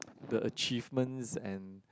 the achievements and